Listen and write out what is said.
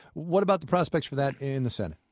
what about the prospects for that in the senate?